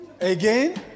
Again